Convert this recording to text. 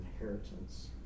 inheritance